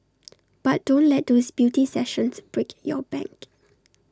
but don't let those beauty sessions break your bank